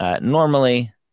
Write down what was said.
normally